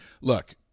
look